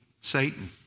Satan